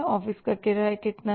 office का किराया कितना है